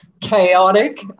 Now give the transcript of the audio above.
chaotic